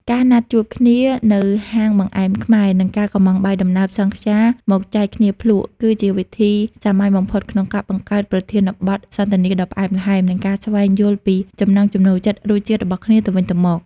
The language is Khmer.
ការណាត់ជួបគ្នានៅហាងបង្អែមខ្មែរ និងការកុម្ម៉ង់បាយដំណើរសង់ខ្យាមកចែកគ្នាភ្លក់ គឺជាវិធីសាមញ្ញបំផុតក្នុងការបង្កើតប្រធានបទសន្ទនាដ៏ផ្អែមល្ហែម និងការស្វែងយល់ពីចំណង់ចំណូលចិត្តរសជាតិរបស់គ្នាទៅវិញទៅមក។